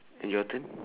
and your turn